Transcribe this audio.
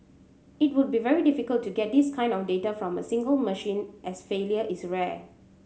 it would be very difficult to get this kind of data from a single machine as failure is rare